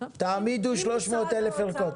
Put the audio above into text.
תעמידו 300,000 ערכות.